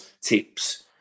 tips